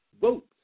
votes